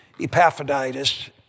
Epaphroditus